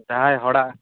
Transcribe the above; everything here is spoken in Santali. ᱡᱟᱦᱟᱭ ᱦᱚᱲᱟᱜ